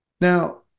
Now